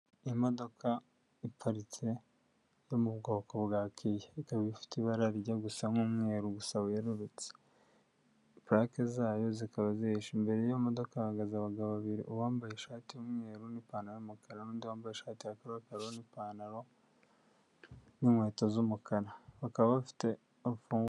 Imodoka iparitse yo mu bwoko bwa kiya ikaba ifite ibarajya rijya gusa nk'umweru gusa werurutse, purake zayo zikaba zihisha imbere y'imodoka hahagaze abagabo babiri bambaye ishati y'umweru n'ipantaro y'umukarandi uwambaye ishati ya karokaro n'ipantaro n'inkweto z'umukara bakaba bafite imfugwa.